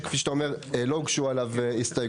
שכפי שאתה אומר לא הוגשו עליו הסתייגויות.